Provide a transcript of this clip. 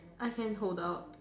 I can hold out